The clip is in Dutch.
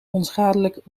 onschadelijk